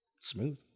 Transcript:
Smooth